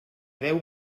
deu